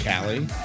Callie